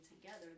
together